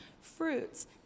fruits